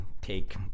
take